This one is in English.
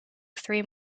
three